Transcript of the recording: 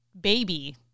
baby